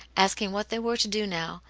asking what they were to do now,